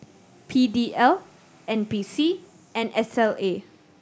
P D L N P C and S L A